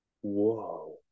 Whoa